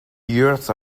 years